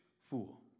fool